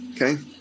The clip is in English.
Okay